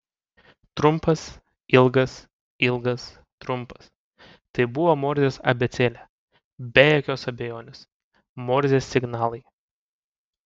trumpas ilgas ilgas trumpas tai buvo morzės abėcėlė be jokios abejonės morzės signalai